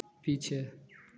पीछे